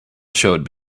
showed